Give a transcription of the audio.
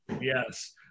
yes